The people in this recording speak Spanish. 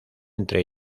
entre